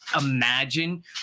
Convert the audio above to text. imagine